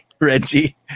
Reggie